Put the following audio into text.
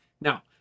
Now